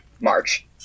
March